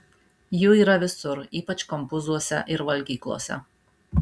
jų yra visur ypač kambuzuose ir valgyklose